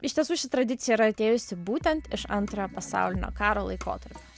iš tiesų ši tradicija yra atėjusi būtent iš antrojo pasaulinio karo laikotarpio